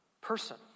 person